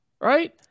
Right